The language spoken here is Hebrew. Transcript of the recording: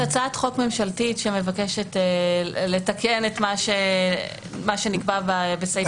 יש הצעת חוק ממשלתית שמבקשת לתקן מה שנקבע בסעיף 38 לחוק.